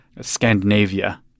Scandinavia